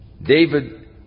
David